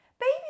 Baby